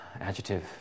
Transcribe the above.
Adjective